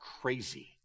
crazy